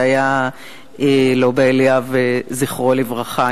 זה היה לובה אליאב, זכרו לברכה.